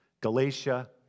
Galatia